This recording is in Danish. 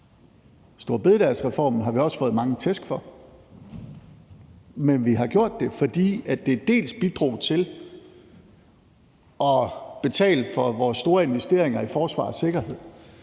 Storebededagsreformen har vi også fået mange tæsk for, men vi har gjort det, fordi det dels bidrog til at betale for vores store investeringer i forsvar og sikkerhed,